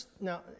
now